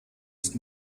ist